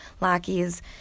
lackeys